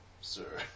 sir